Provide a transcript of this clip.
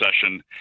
session